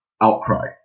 outcry